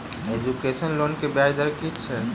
Education लोनक ब्याज दर की अछि?